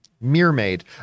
Mermaid